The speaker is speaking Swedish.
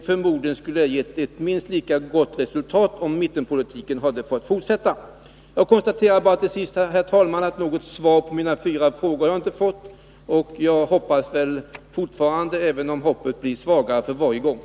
Förmodligen skulle näringslivet ha redovisat ett minst lika gott resultat, om mittenpolitiken hade fått fortsätta. Herr talman! Jag konstaterar till sist att jag inte har fått något svar på mina fyra frågor. Jag hoppas fortfarande att få det, även om hoppet blir svagare för varje replikomgång.